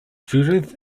judith